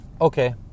Okay